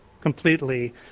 completely